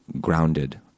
grounded